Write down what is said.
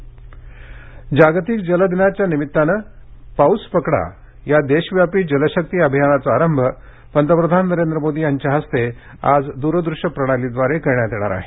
जल शक्ति अभियान जागतिक जल दिनाच्या निमित्तानं पाऊस पकडा या देशव्यापी जलशक्ति अभियानाचा आरंभ पंतप्रधान नरेंद्र मोदी यांच्या हस्ते आज दूरदृष्य प्रणालीद्वारे करण्यात येणार आहे